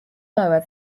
lower